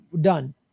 done